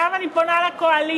וגם אני פונה לקואליציה,